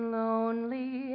lonely